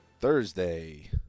Thursday